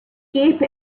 cape